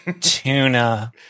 tuna